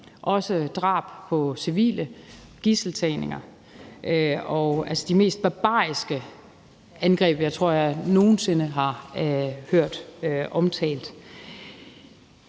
også drab på civile, gidseltagninger og de mest barbariske angreb, jeg tror jeg nogen sinde har hørt omtalt.